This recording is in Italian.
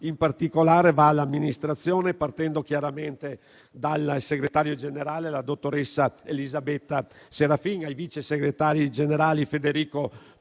in particolare all'Amministrazione, partendo dal segretario generale, dottoressa Elisabetta Serafin, ai vice segretari generali Federico Toniato